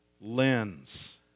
lens